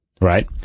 Right